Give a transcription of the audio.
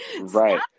right